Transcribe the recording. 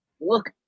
look